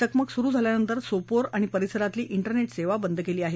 चकमक सुरु झाल्यानंतर सोपोर आणि परिसरातली डेरनेट सेवा बंद केली आहे